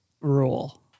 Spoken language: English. rule